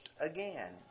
again